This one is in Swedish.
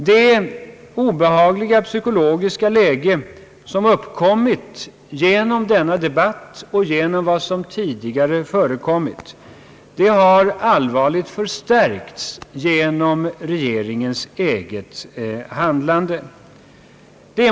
Det obehagliga psykologiska läge som uppkommit genom denna debatt och genom vad som tidigare förekommit har allvarligt förstärkts genom = regeringens eget handlande.